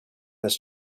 this